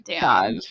God